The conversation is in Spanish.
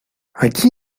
allí